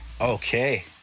okay